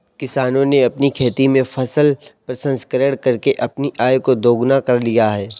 किसानों ने अपनी खेती में फसल प्रसंस्करण करके अपनी आय को दुगना कर लिया है